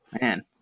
Man